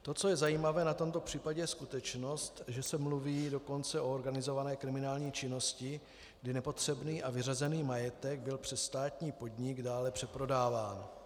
To, co je zajímavé na tomto případě, je skutečnost, že se mluví dokonce o organizované kriminální činnosti, kdy nepotřebný a vyřazený majetek byl přes státní podnik dále přeprodáván.